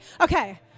Okay